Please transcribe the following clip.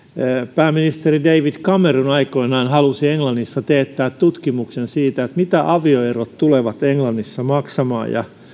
pääministeri david cameron halusi aikoinaan englannissa teettää tutkimuksen siitä mitä avioerot tulevat englannissa maksamaan